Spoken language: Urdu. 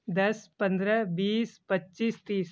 دس پندرہ بیس پچیس تیس